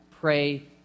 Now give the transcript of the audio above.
pray